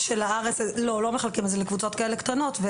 לא מחלקים את זה לקבוצות כאלה קטנות.